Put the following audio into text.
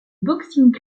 boxing